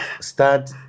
start